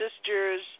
sisters